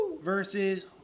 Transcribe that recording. versus